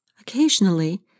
Occasionally